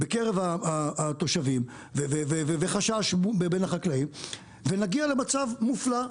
בקרב התושבים וחשש בין החקלאים ונגיע למצב מופלא,